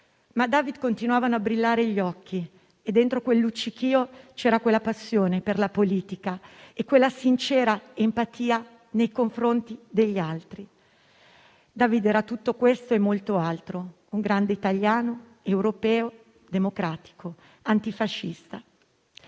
A David però continuavano a brillare gli occhi e dentro quel luccichio c'erano la passione per la politica e la sincera empatia nei confronti degli altri. David era tutto questo e molto altro; un grande italiano, europeo, democratico, antifascista.